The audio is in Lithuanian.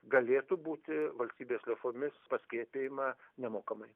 galėtų būti valstybės lėšomis paskiepijama nemokamai